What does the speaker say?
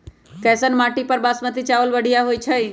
कैसन माटी पर बासमती चावल बढ़िया होई छई?